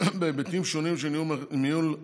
בהיבטים שונים של ניהול הבחירות,